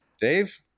Dave